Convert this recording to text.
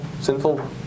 sinful